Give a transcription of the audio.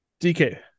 DK